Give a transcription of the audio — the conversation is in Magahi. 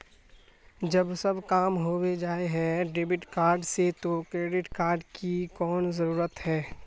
जब सब काम होबे जाय है डेबिट कार्ड से तो क्रेडिट कार्ड की कोन जरूरत है?